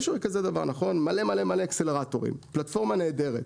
פלטפורמה נהדרת.